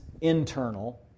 internal